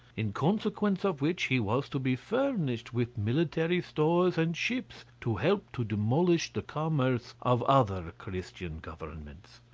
in consequence of which he was to be furnished with military stores and ships to help to demolish the commerce of other christian governments.